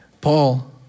Paul